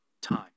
time